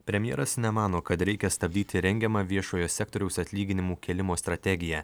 premjeras nemano kad reikia stabdyti rengiamą viešojo sektoriaus atlyginimų kėlimo strategiją